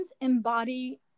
embody